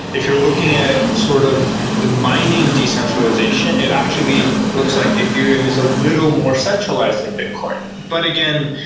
if you're looking at sort of the mining decentralization, it actually looks like ethereum is a little more centralized than bitcoin but again,